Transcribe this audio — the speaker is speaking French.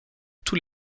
tous